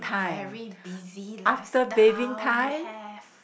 very busy lifestyle you have